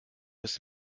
bis